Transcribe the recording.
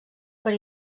per